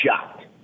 shocked